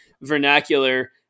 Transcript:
vernacular